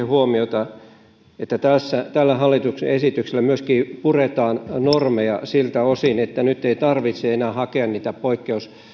huomiota että tällä hallituksen esityksellä myöskin puretaan normeja siltä osin että nyt ei tarvitse enää hakea niitä poikkeuksia